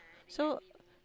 so